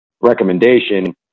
recommendation